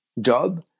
job